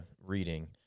reading